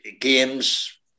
games